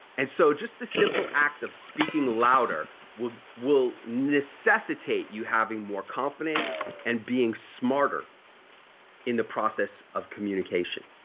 and so, just the simple act of speaking louder will will necessitate you having more confidence and being smarter in the process of communication.